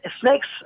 Snakes